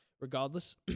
regardless